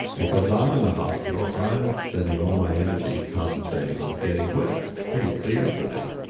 because i'm in the hospital, i'm spending all my energy concentrating on getting well, it's pretty clear for me.